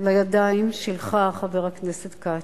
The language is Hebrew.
לידיים שלך, חבר הכנסת כץ,